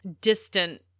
distant